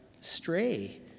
stray